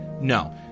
no